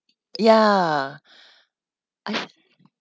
ya I